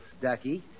ducky